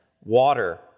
Water